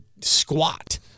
squat